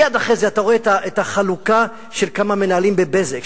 מייד אחרי זה אתה רואה את החלוקה של כמה מנהלים ב"בזק",